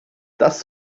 das